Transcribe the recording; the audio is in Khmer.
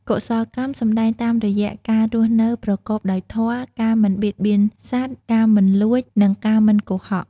កុសលកម្មសម្តែងតាមរយះ ការរស់នៅប្រកបដោយធម៌ ការមិនបៀតបៀនសត្វ ការមិនលួច និងការមិនកុហក។